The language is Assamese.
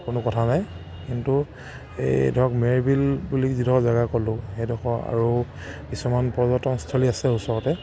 কোনো কথা নাই কিন্তু এই ধৰক মেৰবিল বুলি যিডোখৰ জেগা ক'লোঁ সেইডোখৰ আৰু কিছুমান পৰ্যটনস্থলী আছে ওচৰতে